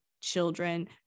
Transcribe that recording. children